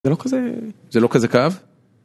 זה לא כזה... זה לא כזה כאב?